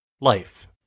Life